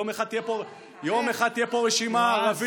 יום אחד תהיה פה רשימה ערבית-יהודית